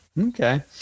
Okay